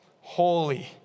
Holy